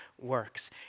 works